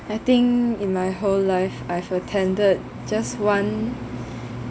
I think in my whole life I've attended just one